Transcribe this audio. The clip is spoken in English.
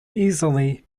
easily